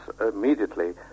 immediately